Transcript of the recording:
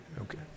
Okay